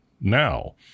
now